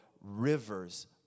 rivers